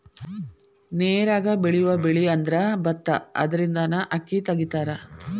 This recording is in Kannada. ನೇರಾಗ ಬೆಳಿಯುವ ಬೆಳಿಅಂದ್ರ ಬತ್ತಾ ಅದರಿಂದನ ಅಕ್ಕಿ ತಗಿತಾರ